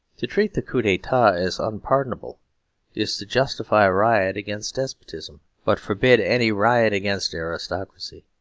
to treat the coup d'etat as unpardonable is to justify riot against despotism, but forbid any riot against aristocracy.